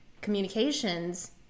communications